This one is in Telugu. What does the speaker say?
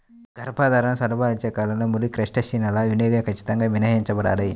గర్భధారణ, చనుబాలిచ్చే కాలంలో ముడి క్రస్టేసియన్ల వినియోగం ఖచ్చితంగా మినహాయించబడాలి